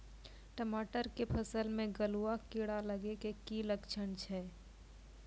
टमाटर के फसल मे गलुआ कीड़ा लगे के की लक्छण छै